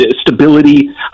stability